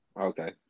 Okay